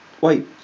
Wait